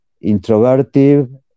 introverted